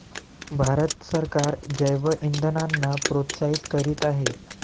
भारत सरकार जैवइंधनांना प्रोत्साहित करीत आहे